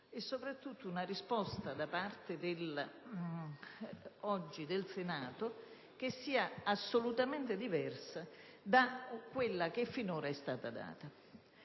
e soprattutto una risposta da parte del Senato, oggi, che sia assolutamente diversa da quella che finora è stata data.